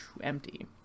empty